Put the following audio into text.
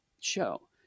show